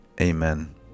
Amen